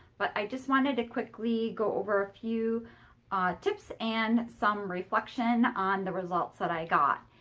but i just wanted quickly go over a few tips and some reflection on the results that i got.